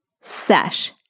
sesh